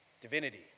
Divinity